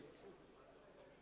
תודה.